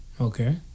Okay